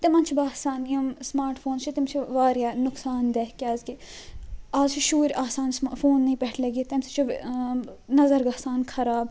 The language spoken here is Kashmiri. تِمن چھُ باسان یم سٕمارٹ فونٕز چھِ تِم چھِ واریاہ نۄقصان دیٚہ کیٛازکہِ آز چھِ شُرۍ آسان فوننٕے پٮ۪ٹھ لٔگِتھ تَمہِ سۭتۍ چھِ ٲں نظر گَژھان خراب